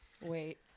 Wait